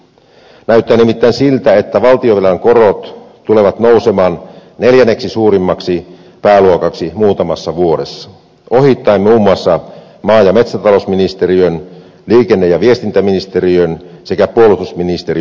näyttää nimittäin siltä että valtionvelan korot tulevat nousemaan neljänneksi suurimmaksi pääluokaksi muutamassa vuodessa ohittaen muun muassa maa ja metsätalousministeriön liikenne ja viestintäministeriön sekä puolustusministeriön pääluokat